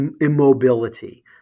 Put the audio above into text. immobility